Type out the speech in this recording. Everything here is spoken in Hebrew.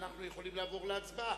ואנחנו יכולים לעבור להצבעה.